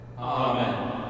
Amen